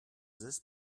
this